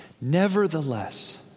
Nevertheless